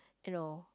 you know